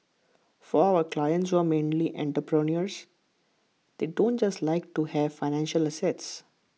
for our clients who are mainly entrepreneurs they don't just like to have financial assets